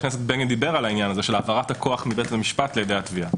חה"כ בגין דיבר על העניין של העברת הכוח מבית-המשפט לעדי התביעה.